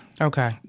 Okay